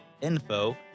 info